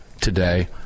today